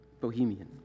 bohemian